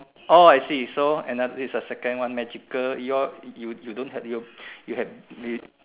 orh I see so another is a second one magical your you you don't have your you have you